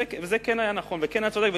זה כן היה נכון וכן היה צודק,